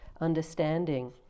understanding